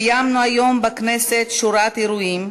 קיימנו היום בכנסת שורת אירועים,